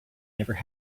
never